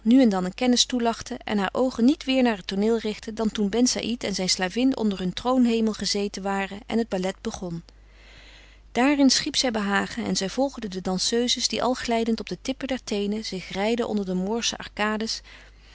nu en dan een kennis toelachte en haar oogen niet weêr naar het tooneel richtte dan toen ben saïd en zijn slavin onder hun troonhemel gezeten waren en het ballet begon daarin schiep zij behagen en zij volgde de danseuses die als glijdend op de tippen der teenen zich rijden onder de